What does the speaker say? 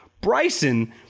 Bryson